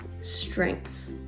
strengths